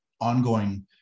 ongoing